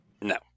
No